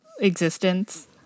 existence